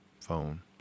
phone